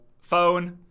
phone